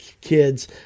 kids